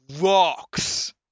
rocks